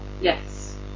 Yes